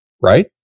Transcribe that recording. Right